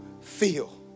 feel